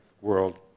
world